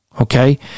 okay